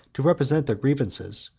to represent their grievances,